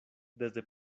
desde